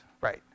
right